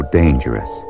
dangerous